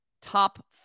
Top